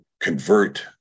Convert